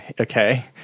Okay